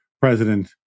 president